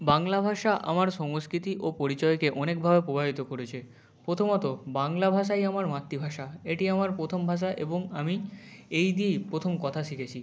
বাংলা ভাষা আমার সংস্কৃতি ও পরিচয়কে অনেকভাবে প্রভাবিত করেছে প্রথমত বাংলা ভাষাই আমার মাতৃভাষা এটি আমার প্রথম ভাষা এবং আমি এই দিয়েই প্রথম কথা শিখেছি